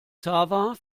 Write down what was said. xaver